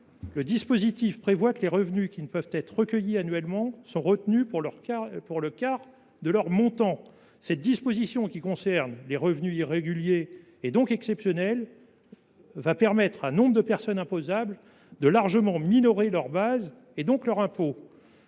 le dispositif prévoit que les revenus qui ne peuvent être recueillis annuellement sont retenus pour le quart de leur montant. Cette disposition, qui concerne les revenus irréguliers, et donc exceptionnels, permettra à de nombreuses personnes imposables de largement minorer leur base, et donc leur impôt.